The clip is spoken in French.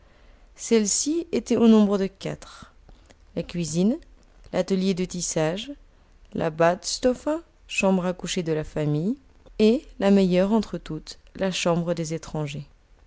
celles-ci étaient au nombre de quatre la cuisine l'atelier de tissage la badstofa chambre à coucher de la famille et la meilleure entre toutes la chambre des étrangers